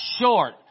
short